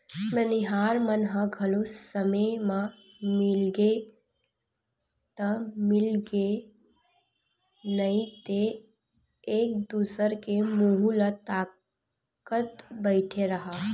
बनिहार मन ह घलो समे म मिलगे ता मिलगे नइ ते एक दूसर के मुहूँ ल ताकत बइठे रहा